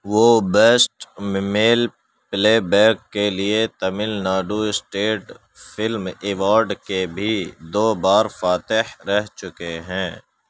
وہ بیسٹ مے male playback کے لیے Tamil Nadu state film award کے بھی دو بار فاتح رہ چکے ہیں